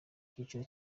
cyiciro